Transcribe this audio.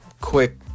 quick